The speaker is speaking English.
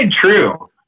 true